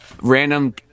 random